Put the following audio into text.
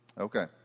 Okay